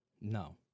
no